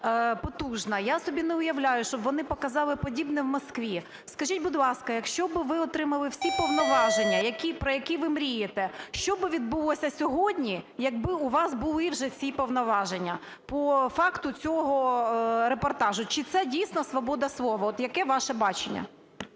я собі не уявляю, щоб вони показали подібне в Москві. Скажіть, будь ласка, якщо би ви отримали всі повноваження, про які ви мрієте, щоб відбулося сьогодні, як би у вас були вже ці повноваження по факту цього репортажу, чи це, дійсно, свобода слова. От яке ваше бачення?